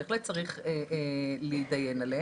אז אלו שאלות נוספות שבהחלט צריך להתדיין עליהם,